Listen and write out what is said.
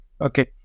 Okay